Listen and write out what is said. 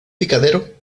picadero